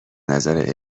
نظر